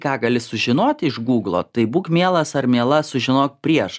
ką gali sužinoti iš gūglo tai būk mielas ar miela sužinok prieš